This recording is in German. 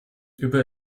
über